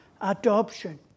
adoption